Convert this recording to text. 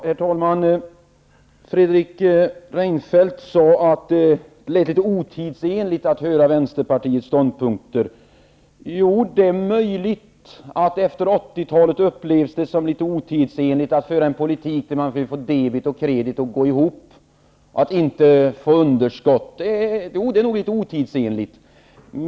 Herr talman! Fredrik Reinfeldt sade att det kändes litet otidsenligt att höra Vänsterpartiets ståndpunkter. Det är möjligt att det efter 80-talet upplevs litet otidsenligt att föra en politik där man vill få debet och kredit att gå ihop och inte få underskott. Det är nog litet otidsenligt.